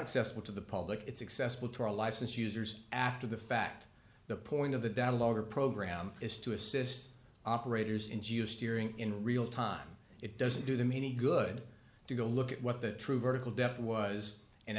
accessible to the public it's accessible to a license users after the fact the point of the downloader program is to assist operators in steering in real time it doesn't do them any good to go look at what the true vertical death was an